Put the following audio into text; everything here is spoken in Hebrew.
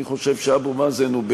אני חושב שאבו מאזן הוא,